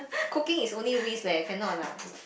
cooking is only wrist leh cannot lah